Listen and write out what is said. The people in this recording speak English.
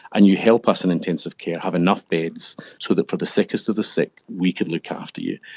and you help us in intensive care have enough beds so that for the sickest of the sick we can look after you.